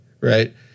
right